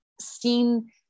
seen